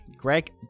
Greg